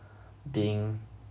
being